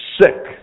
sick